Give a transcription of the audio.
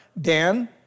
Dan